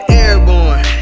airborne